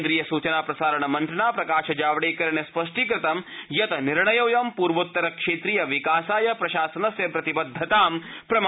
केन्द्रीय सुचना प्रसारण मन्त्रिणा प्रकाश जावडेकरेण स्पष्टीकृतं यत् निर्णयोऽयं पूर्वोत्तर क्षेत्रीय विकासाय प्रशासनस्य प्रतिबद्धतां प्रमाणयति इति